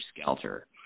Skelter